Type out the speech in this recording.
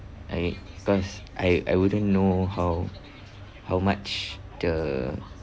I cause I I wouldn't know how how much the